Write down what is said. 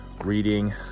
reading